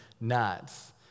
nuts